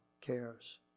cares